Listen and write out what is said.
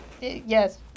yes